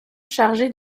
chargées